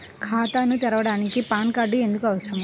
ఖాతాను తెరవడానికి PAN card ఎందుకు అవసరము?